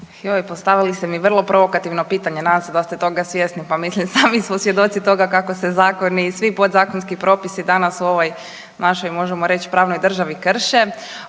Joj, postavili ste mi vrlo provokativno pitanje, nadam se da ste toga svjesni, pa mislim, sami smo svjedoci toga kako se zakoni i svi podzakonski propisi danas u ovoj našoj, možemo reći,